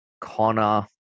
Connor